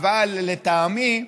לטעמי,